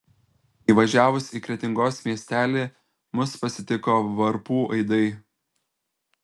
įvažiavus į kretingos miestelį mus pasitiko varpų aidai